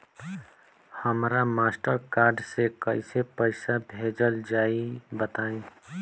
हमरा master card से कइसे पईसा भेजल जाई बताई?